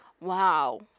Wow